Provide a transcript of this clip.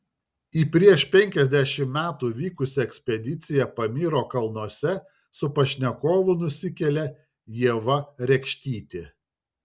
į prieš penkiasdešimt metų vykusią ekspediciją pamyro kalnuose su pašnekovu nusikelia ieva rekštytė